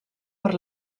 per